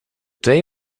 day